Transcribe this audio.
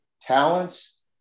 talents